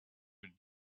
would